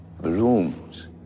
blooms